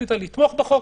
החליטה לתמוך בחוק,